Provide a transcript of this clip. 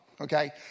Okay